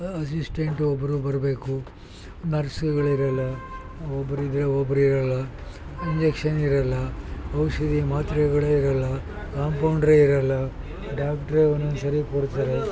assistant ಒಬ್ಬರು ಬರಬೇಕು ನರ್ಸ್ಗಳಿರೋಲ್ಲ ಒಬ್ಬರಿದ್ರೆ ಒಬ್ರಿರೋಲ್ಲ ಇಂಜೆಕ್ಷನ್ನಿರೋಲ್ಲ ಔಷಧಿ ಮಾತ್ರೆಗಳೇ ಇರೋಲ್ಲ ಕಾಂಪೌಂಡ್ರೇ ಇರೋಲ್ಲ ಡಾಕ್ಟ್ರೇ ಒಂದೊಂದು ಸರಿ ಕೊಡ್ತಾರೆ